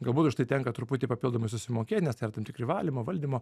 galbūt už tai tenka truputį papildomai susimokėt nes tai yra tam tikri valymo valdymo